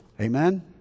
Amen